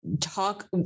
talk